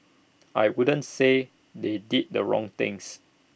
I wouldn't say they did the wrong things